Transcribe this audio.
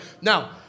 Now